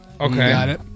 Okay